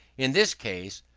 in this case,